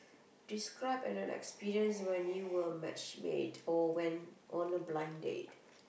describe an experience when you were matchmade or went on a blind date